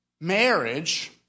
marriage